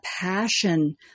passion